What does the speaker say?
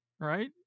right